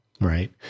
Right